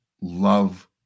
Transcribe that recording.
love